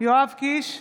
יואב קיש,